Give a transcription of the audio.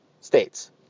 states